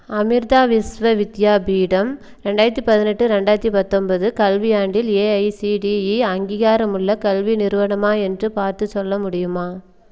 அமிர்தா விஸ்வ வித்யாபீடம் ரெண்டாயிரத்து பதினெட்டு ரெண்டாயிரத்து பத்தொன்பது கல்வியாண்டில் ஏஐசிடிஇ அங்கீகாரமுள்ள கல்வி நிறுவனமா என்று பார்த்துச் சொல்ல முடியுமா